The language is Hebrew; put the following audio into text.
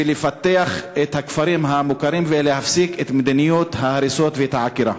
לפתח את הכפרים המוכרים ולהפסיק את מדיניות ההריסות ואת העקירה.